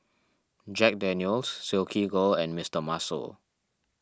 Jack Daniel's Silkygirl and Mister Muscle